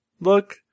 look